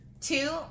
Two